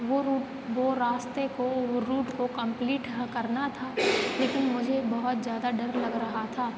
वह रूट वह रास्ते को वह रूट को कंप्लीट करना था लेकिन मुझे बहुत ज़्यादा डर लग रहा था